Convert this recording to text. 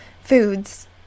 foods